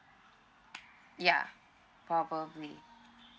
ya probably